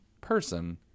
person